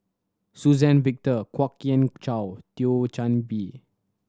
Suzann Victor Kwok Kian Chow Thio Chan Bee